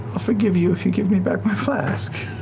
i'll forgive you if you give me back my flask.